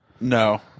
No